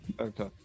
Okay